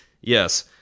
Yes